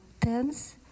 tense